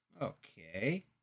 Okay